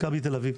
מכבי תל אביב,